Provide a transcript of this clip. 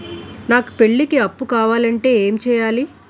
నాకు పెళ్లికి అప్పు కావాలంటే ఏం చేయాలి?